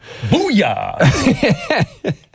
booyah